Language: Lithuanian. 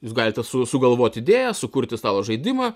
jūs galite su sugalvot idėjas sukurti stalo žaidimą